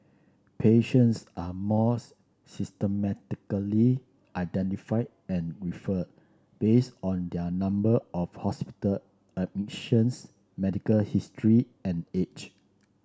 patients are more systematically identified and referred based on their number of hospital admissions medical history and age